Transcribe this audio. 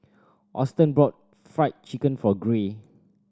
Auston bought Fried Chicken for Gray